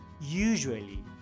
usually